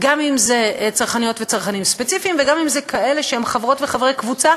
אני באופן כללי לא חושבת שאזרחיות ואזרחים הם קטנים כלל וכלל,